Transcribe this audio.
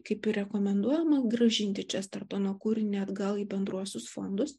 kaip ir rekomenduojama grąžinti čestertono kūrinį atgal į bendruosius fondus